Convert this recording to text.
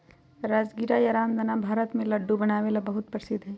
राजगीरा या रामदाना भारत में लड्डू बनावे ला बहुत प्रसिद्ध हई